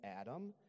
Adam